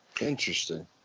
Interesting